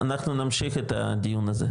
אנחנו נמשיך את הדיון הזה,